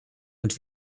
und